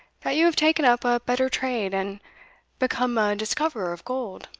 that you have taken up a better trade, and become a discoverer of gold.